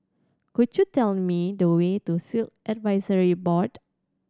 could you tell me the way to Sikh Advisory Board